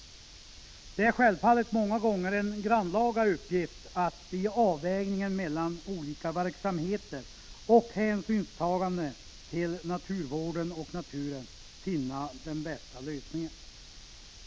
Det är självfallet många gånger en grannlaga uppgift att i avvägningen mellan olika verksamheter och hänsynstaganden till naturvården och naturen finna den bästa lösningen.